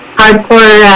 hardcore